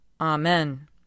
Amen